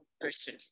person